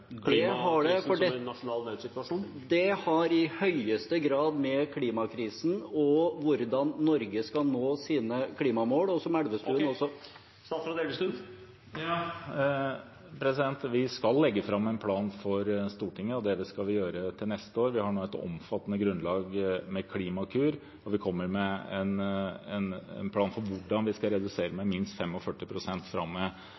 Har dette med denne saken å gjøre – klimakrisen som en nasjonal nødssituasjon? Det har i høyeste grad med klimakrisen og hvordan Norge skal nå sine klimamål, å gjøre. Vi skal legge fram en plan for Stortinget, og det skal vi gjøre til neste år. Vi har nå et omfattende grunnlag i Klimakur, og vi kommer med en plan for hvordan vi skal redusere med minst 45 pst. fram